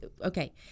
Okay